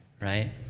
right